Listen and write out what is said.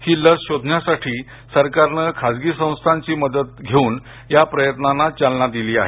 ही लस शोधण्यासाठी सरकारने खाजगी संस्थांची मदत घेऊन या प्रयत्नांना चालना दिली आहे